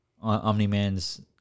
Omni-Man's